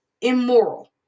immoral